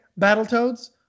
Battletoads